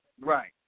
Right